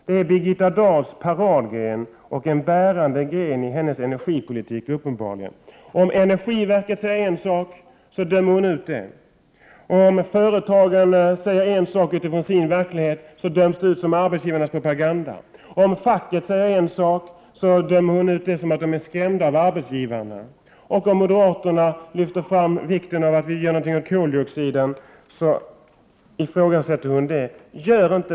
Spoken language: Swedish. Detta är Birgitta Dahls paradgren, och uppenbarligen en bärande gren i hennes energipolitik. Om energiverket säger en sak, dömer hon ut det. Om företagen säger en sak utifrån deras verklighet, döms det ut som arbetsgivarnas propaganda. Om facket säger en sak, döms det ut som att facket är skrämt av arbetsgivarna. Om moderaterna lyfter fram vikten av att vi gör något åt koldioxiden, ifrågasätts det. Ifrågasätt inte!